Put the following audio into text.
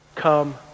Come